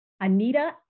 Anita